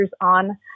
on